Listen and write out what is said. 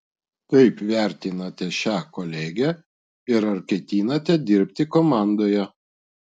kaip vertinate šią kolegę ir ar ketinate dirbti komandoje